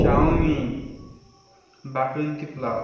chowmein বাসন্তী পোলাও